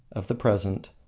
of the present,